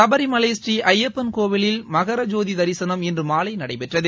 சபரிமலையூர் ஐயப்பன் கோவிலில் மகர ஜோதி தரிசனம் இன்று மாலை நடைபெற்றது